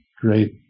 great